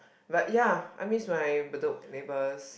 but ya I miss my Bedok neighbors